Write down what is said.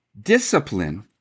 discipline